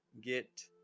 get